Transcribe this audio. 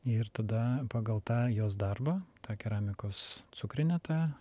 ir tada pagal tą jos darbą tą keramikos cukrinę tą